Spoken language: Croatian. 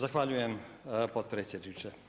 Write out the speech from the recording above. Zahvaljujem potpredsjedniče.